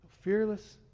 Fearless